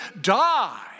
die